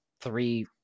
three